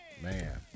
Man